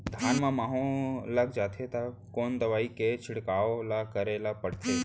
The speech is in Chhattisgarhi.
धान म माहो लग जाथे त कोन दवई के छिड़काव ल करे ल पड़थे?